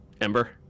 Ember